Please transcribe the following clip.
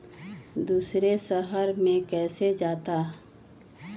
दूसरे शहर मे कैसे जाता?